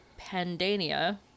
Pandania